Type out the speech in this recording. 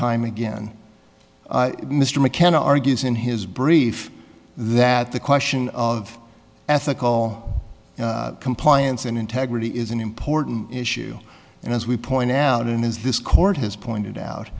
time again mr mckenna argues in his brief that the question of ethical compliance and integrity is an important issue and as we point out it is this court has pointed out